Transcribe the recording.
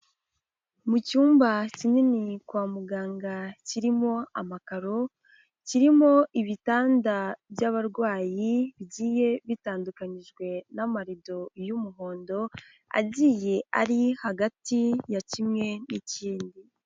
Mu cyumba kinini kwa muganga kirimo amakaro, kirimo ibitanda by'abarwayi bigiye bitandukanijwe n'amarido y'umuhondo agiye ari hagati ya kimwe n'ikindi.